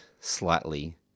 slightly